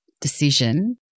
decision